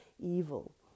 evil